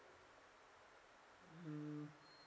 mm